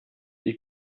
die